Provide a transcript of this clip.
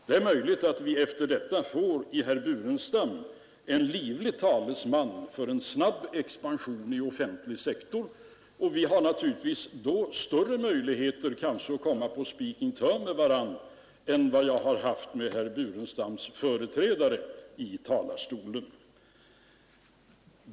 Det är möjligt att vi efter detta får i herr Burenstam Linder en livlig talesman för en snabb expansion i offentlig sektor, och vi har naturligtvis då större möjligheter att komma på speaking terms med varandra än vad jag har haft med herr Burenstam Linders företrädare i talarstolen.